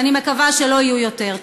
ואני מקווה שלא יהיו יותר.